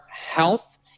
health